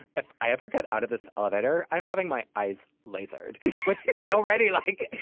if i ever get out of this elevator, i'm having my eyes lasered which already, like,